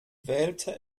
wählte